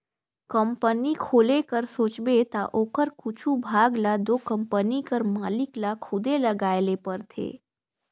company खोले कर सोचबे ता ओकर कुछु भाग ल दो कंपनी कर मालिक ल खुदे लगाए ले परथे